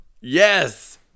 Yes